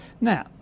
Now